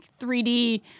3D